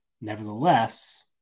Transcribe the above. nevertheless